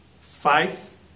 faith